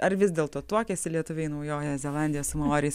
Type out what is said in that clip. ar vis dėlto tuokėsi lietuviai naujojoje zelandijoje su maoriais